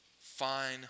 fine